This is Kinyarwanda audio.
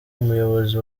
umuyobozi